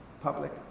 Public